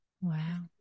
wow